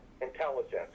intelligence